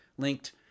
linked